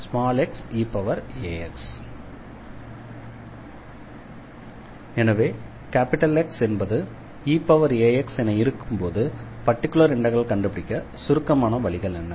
1fDeax1gxeax எனவே X என்பது eax என இருக்கும்போது பர்டிகுலர் இண்டெக்ரலை கண்டுபிடிக்க சுருக்கமான வழிகள் என்ன